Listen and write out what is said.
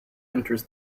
enters